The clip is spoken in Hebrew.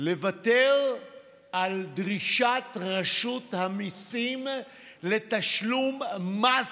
לוותר על דרישת רשות המיסים לתשלום מס